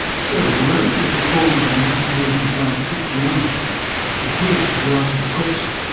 so the radical reform of a mass movement like christianity appears to be out of the question.